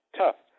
tough